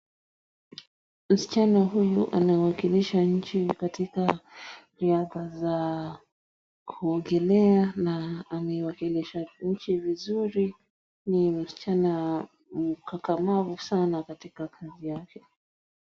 Msichana huyu anawakilisha nchi katika riadha za kuogelea na amewakilisha nchi vizuri. Ni msichana mkakamavu sana katika kazi yake.